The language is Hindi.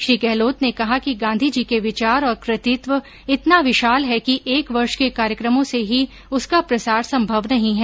श्री गहलोत ने कहा कि गांधीजी के विचार और कृतित्व इतना विशाल है कि एक वर्ष के कार्यक्रमों से ही उसका प्रसार संभव नहीं है